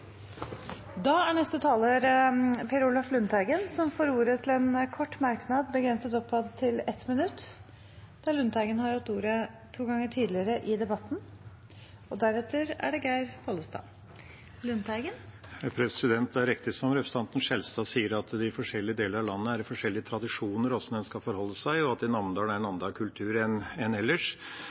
Per Olaf Lundteigen har hatt ordet to ganger tidligere og får ordet til en kort merknad, begrenset til 1 minutt. Det er riktig som representanten Skjelstad sier, at i de forskjellige delene av landet er det forskjellige tradisjoner når det gjelder hvordan man skal forholde seg, og at det i Namdalen er en annen kultur enn ellers.